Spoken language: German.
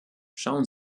schauen